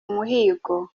muhigo